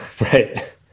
right